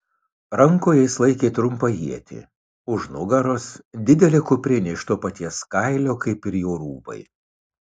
rankoje jis laikė trumpą ietį už nugaros didelė kuprinė iš to paties kailio kaip ir jo rūbai